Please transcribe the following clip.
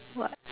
what